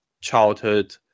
childhood